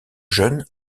jeunes